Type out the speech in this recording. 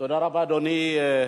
תודה רבה, אדוני.